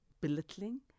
belittling